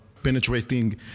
penetrating